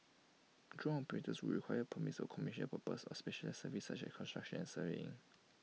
drone operators would require permits commercial purposes or specialised services such as construction and surveying